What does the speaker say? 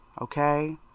okay